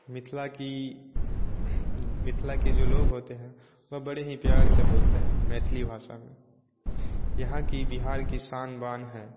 मिथिला की मिथिला के जो लोग होते हैं वह बड़े ही प्यार से बोलते हैं मैथिली भाषा में यहाँ की बिहार की शान बान है